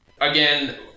again